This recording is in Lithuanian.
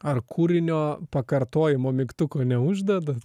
ar kūrinio pakartojimo mygtuko neuždedat